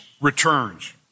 returns